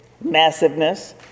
massiveness